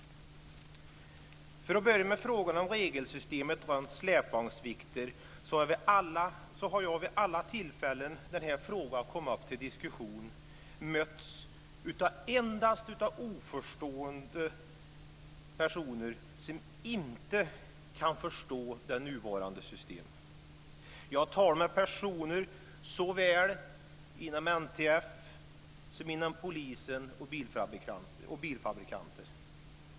Låt mig börja med frågan om regelsystemet runt släpvagnsvikter. Vid alla tillfällen när den här frågan har kommit upp till diskussion har jag endast mötts av personer som inte kan förstå det nuvarande systemet. Jag har talat med personer inom NTF och polisen och med bilfabrikanter.